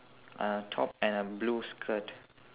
uh top and a blue skirt